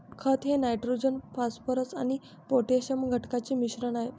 खत हे nitrogen phosphorus आणि पोटॅशियम घटकांचे मिश्रण आहे